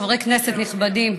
חברי כנסת נכבדים,